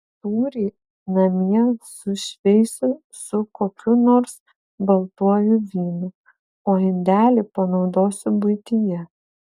sūrį namie sušveisiu su kokiu nors baltuoju vynu o indelį panaudosiu buityje